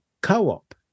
co-op